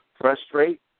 frustrate